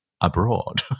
abroad